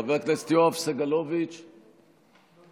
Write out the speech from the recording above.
חבר הכנסת יואב סגלוביץ' איננו.